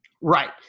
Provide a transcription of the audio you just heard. right